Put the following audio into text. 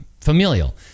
familial